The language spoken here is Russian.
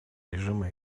режима